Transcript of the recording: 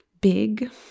big